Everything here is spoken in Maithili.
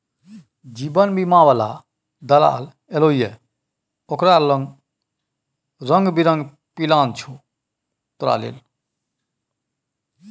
जीवन बीमा बला दलाल एलौ ये ओकरा लंग रंग बिरंग पिलान छौ तोरा लेल